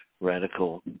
radical